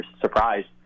surprised